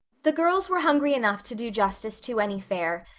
the girls were hungry enough to do justice to any fare,